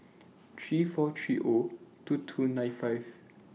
three four three O two two nine five